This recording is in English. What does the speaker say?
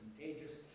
contagious